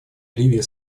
ливия